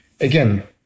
again